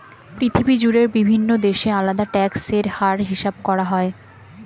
পৃথিবী জুড়ে বিভিন্ন দেশে আলাদা ট্যাক্স এর হার হিসাব করা হয়